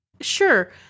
Sure